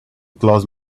close